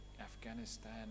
Afghanistan